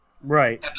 Right